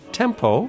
tempo